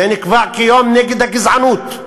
זה נקבע כיום נגד הגזענות,